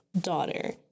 daughter